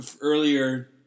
earlier